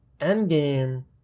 Endgame